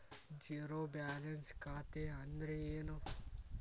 Zero balance ಖಾತೆ ಅಂದ್ರೆ ಏನು?